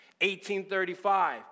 1835